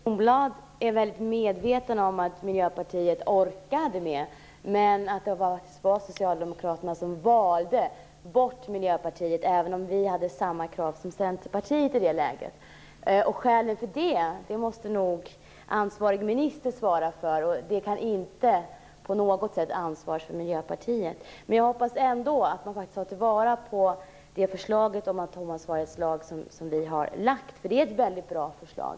Fru talman! Jag tror att Bengt Kronblad är väldigt medveten om att Miljöpartiet orkade, men att det faktiskt var Socialdemokraterna som valde bort Miljöpartiet, även om vi hade samma krav som Centerpartiet i det läget. Skälen för det måste nog ansvarig minister svara för. Det kan inte på något sätt vara ett ansvar för Miljöpartiet. Jag hoppas ändå att man tar till vara det förslag om atomansvarighetslag som vi har lagt fram. Det är ett väldigt bra förslag.